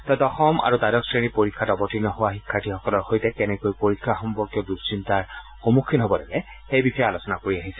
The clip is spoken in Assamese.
তেওঁ দশম আৰু দ্বাদশ শ্ৰেণীৰ পৰীক্ষাত অৱতীৰ্ণ হোৱা শিক্ষাৰ্থীসকলৰ সৈতে কেনেকৈ পৰীক্ষা সম্পৰ্কীয় দুঃচিন্তাৰ সন্মুখীন হব লাগে সেই বিষয়ে আলোচনা কৰি আহিছে